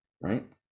right